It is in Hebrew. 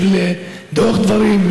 בשביל למתוח דברים,